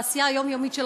בעשייה היומיומית שלכם,